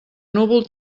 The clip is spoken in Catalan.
núvol